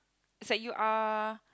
is like you are